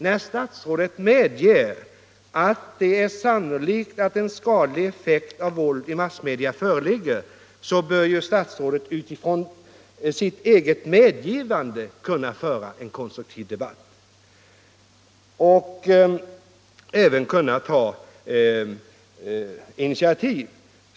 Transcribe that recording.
När statsrådet medger att det är sannolikt att en skadlig effekt av våld i massmedia föreligger bör statsrådet, med utgångspunkt i sitt eget medgivande, kunna föra en konstruktiv debatt och även kunna ta initiativ.